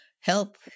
help